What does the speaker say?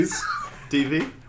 TV